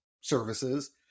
services